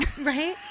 right